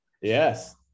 Yes